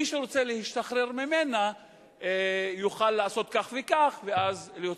מי שרוצה להשתחרר ממנה יוכל לעשות כך וכך ואז להוציא.